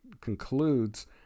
concludes